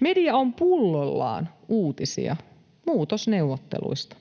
Media on pullollaan uutisia muutosneuvotteluista.